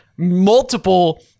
multiple